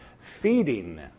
feeding